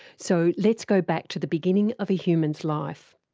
so let's go back to the beginning of a human's life.